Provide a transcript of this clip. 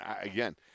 again